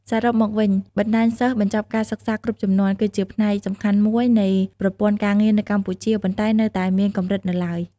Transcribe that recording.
សរុបមកវិញ បណ្តាញសិស្សបញ្ចប់ការសិក្សាគ្រប់ជំនាន់ គឺជាផ្នែកសំខាន់មួយនៃប្រព័ន្ធការងារនៅកម្ពុជា ប៉ុន្តែនៅតែមានកម្រិតនៅឡើយ។